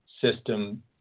system